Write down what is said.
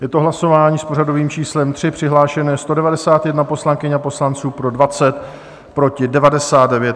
Je to hlasování s pořadovým číslem 3, přihlášeno je 191 poslankyň a poslanců, pro 20, proti 99.